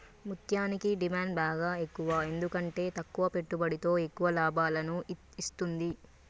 ముత్యనికి డిమాండ్ బాగ ఎక్కువ ఎందుకంటే తక్కువ పెట్టుబడితో ఎక్కువ లాభాలను ఇత్తుంది